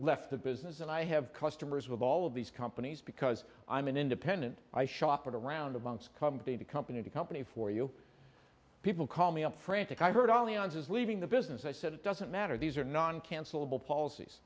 left the business and i have customers with all of these companies because i'm an independent i shop around amongst company to company to company for you people call me up frantic i heard all the answers leaving the business i said it doesn't matter these are non cancelable policies